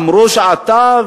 אמרו שאתה,